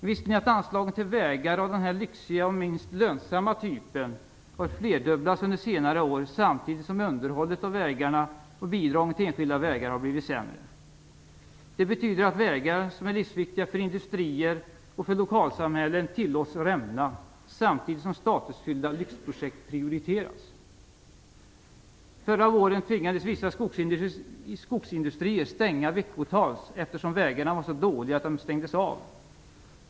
Visste ni att anslagen till vägar av den lyxiga och minst lönsamma typen har flerdubblats under senare år samtidigt som underhållet av vägarna och bidragen till enskilda vägar blivit sämre? Det betyder att vägar som är livsviktiga för industrier och för lokalsamhällen tillåts rämna, samtidigt som statusfyllda lyxprojekt prioriteras. Förra våren tvingades vissa skogsindustrier stänga veckotals, eftersom vägarna var så dåliga att de stängdes av.